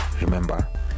remember